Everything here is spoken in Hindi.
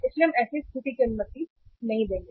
इसलिए हमें ऐसी स्थिति की अनुमति नहीं देनी चाहिए